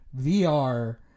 VR